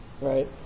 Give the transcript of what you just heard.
right